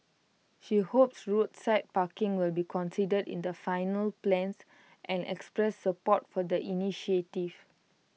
she hopes roadside parking will be considered in the final plans and expressed support for the initiative